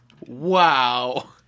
Wow